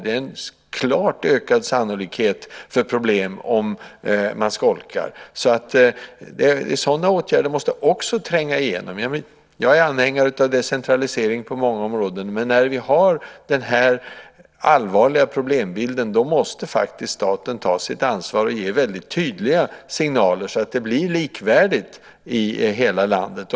Det är en klart ökad sannolikhet för problem om man skolkar. Sådana åtgärder måste också tränga igenom. Jag är anhängare av decentralisering på många områden, men när vi har den här allvarliga problembilden måste faktiskt staten ta sitt ansvar och ge väldigt tydliga signaler så att det blir likvärdigt i hela landet.